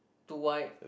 too white